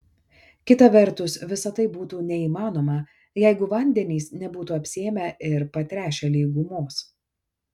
kita vertus visa tai būtų neįmanoma jeigu vandenys nebūtų apsėmę ir patręšę lygumos